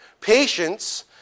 Patience